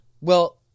Well-